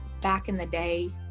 back-in-the-day